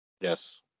Yes